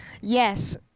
Yes